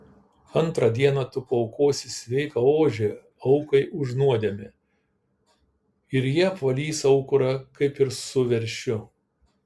antrą dieną tu paaukosi sveiką ožį aukai už nuodėmę ir jie apvalys aukurą kaip ir su veršiu